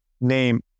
name